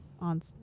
on